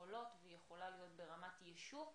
אשכולות והוא יכול להיות ברמת יישוב,